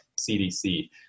CDC